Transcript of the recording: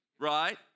Right